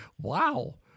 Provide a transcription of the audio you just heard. wow